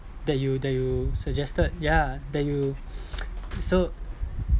that you that you suggested yeah that you so